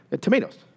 tomatoes